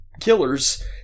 killers